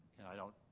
and i don't.